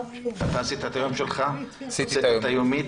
עשיתי את היומית.